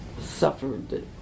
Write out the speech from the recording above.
suffered